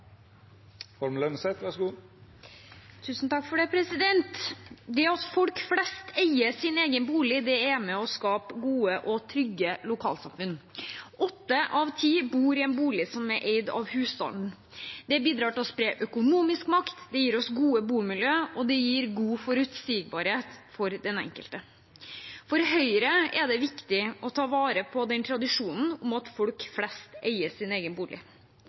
å skape gode og trygge lokalsamfunn. Åtte av ti bor i en bolig som er eid av husstanden. Det bidrar til å spre økonomisk makt, det gir oss gode bomiljø, og det gir god forutsigbarhet for den enkelte. For Høyre er det viktig å ta vare på den tradisjonen at folk flest eier sin egen bolig.